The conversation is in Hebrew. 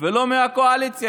ולא מהקואליציה.